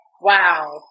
Wow